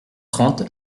trente